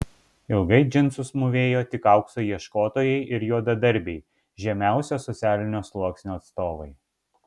ilgai džinsus mūvėjo tik aukso ieškotojai ir juodadarbiai žemiausio socialinio sluoksnio atstovai